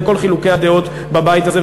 עם כל חילוקי הדעות בבית הזה,